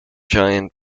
giant